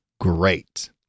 great